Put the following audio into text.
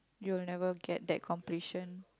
you will never get that completion